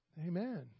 Amen